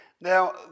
Now